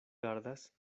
gardas